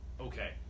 Okay